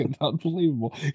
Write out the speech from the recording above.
unbelievable